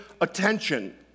attention